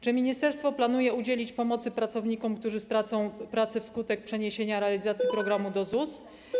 Czy ministerstwo planuje udzielić pomocy pracownikom, którzy stracą pracę wskutek przeniesienia realizacji programu do ZUS?